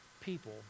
people